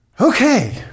Okay